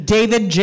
David